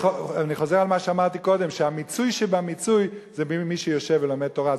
אני חוזר על מה שאמרתי קודם: המיצוי שבמיצוי זה מי שיושב ולומד תורה.